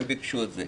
האם ביקשו את זה?